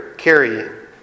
carrying